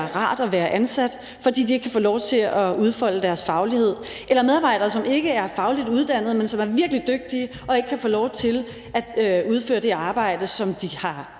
rart at være ansat, fordi de ikke kan få lov til at udfolde deres faglighed, eller medarbejdere, som ikke er fagligt uddannet, men som er virkelig dygtige og ikke kan få lov til at udføre det arbejde, som de har,